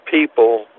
people